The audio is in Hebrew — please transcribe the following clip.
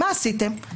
מה עשיתם?